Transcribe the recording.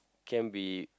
can be